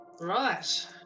Right